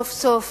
סוף-סוף